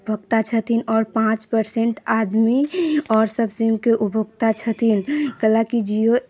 उपभोक्ता छथिन आओर पाँच परसेंट आदमी आओर सभ सिमके उपभोक्ता छथिन कयलाकि जियो